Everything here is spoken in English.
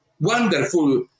wonderful